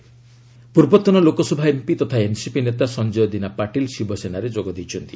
NCP Shiv Sena ପୂର୍ବତନ Lok Sabha MP ତଥା NCP ନେତା ସଞ୍ଜୟ ଦୀନା ପାଟିଲ ଶିବସେନାରେ ଯୋଗ ଦେଇଛନ୍ତି